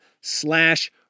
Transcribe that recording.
slash